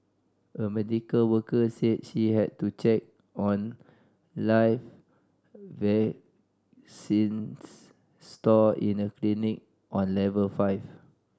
a medical worker said she had to check on live vaccines stored in a clinic on level five